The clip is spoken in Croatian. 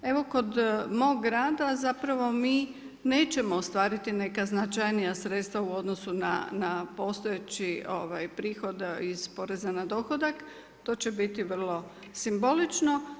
Evo kod mog grada nećemo mi ostvariti neka značajnija sredstva u odnosu na postojeći prihod iz poreza na dohodak, to će biti vrlo simbolično.